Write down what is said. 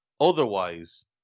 otherwise